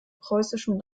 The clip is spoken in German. preußischen